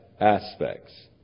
aspects